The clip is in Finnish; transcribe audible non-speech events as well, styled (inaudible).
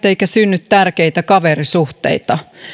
(unintelligible) eikä synny tärkeitä kaverisuhteita